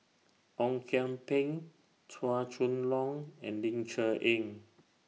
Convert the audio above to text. Ong Kian Peng Chua Chong Long and Ling Cher Eng